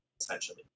essentially